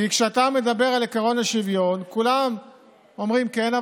כשאתה מדבר על עקרון השוויון כולם אומרים כן,